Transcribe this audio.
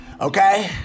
Okay